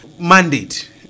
Mandate